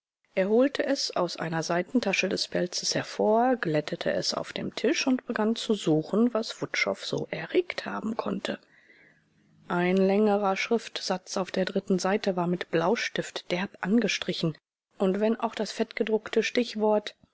er holte es aus einer seitentasche des pelzes hervor glättete es auf dem tisch und begann zu suchen was wutschow so erregt haben konnte ein längerer schriftsatz auf der dritten seite war mit blaustift derb angestrichen und wenn auch das fettgedruckte stichwort